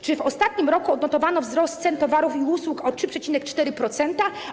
Czy w ostatnim roku odnotowano wzrost cen towarów i usług o 3,4%?